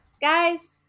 Guys